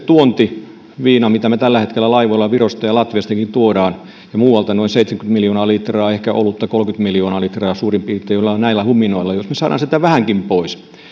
tuontiviinaa mitä me tällä hetkellä laivoilla virosta ja latviastakin ja muualta tuomme noin seitsemänkymmentä miljoonaa litraa ehkä olutta kolmekymmentä miljoonaa litraa suurin piirtein ollaan näillä huminoilla vähänkin pois